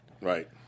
Right